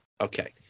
Okay